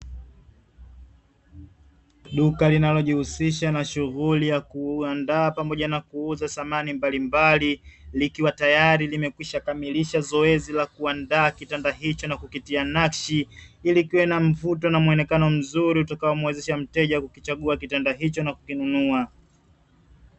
Duka linalojihusisha na shughuli ya kuandaa pamoja na kuuza samani mbalimbali likiwa tayari limekwisha kamilisha zoezi la kuandaa kitanda hicho na kukitia nakshi, ili kiwe na mvuto na muonekano mzuri utakao mwezesha mteja kuchagua kitanda hicho na kukinunua.